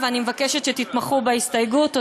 ואני מבקשת שתתמכו בהסתייגות.